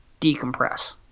decompress